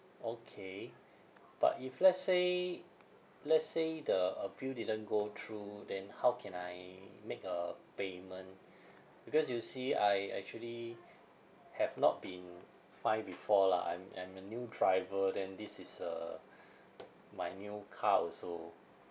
okay but if let's say let's say the appeal didn't go through then how can I make a payment because you see I actually have not been fined before lah I'm I'm a new driver then this is uh my new car also